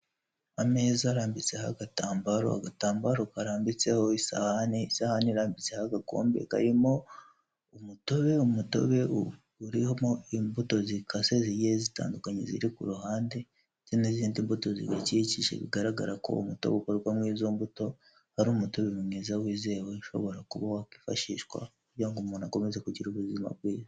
Ameza arambitseho agatambaro, agatambaro karambitseho isahani, isahani irambitse agakombe karimo umutobe, umutobe urihomo imbuto zikase zigiye zitandukanye ziri kuruhande ndetse n'izindi mbuto ziwukikije bigaragara ko umutobe ukorwamo izo mbuto ari umutobe mwiza wizewe ushobora kuba wakwifashishwa kugira ngo umuntu akomeze kugira ubuzima bwiza.